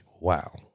wow